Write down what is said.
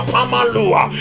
Pamalua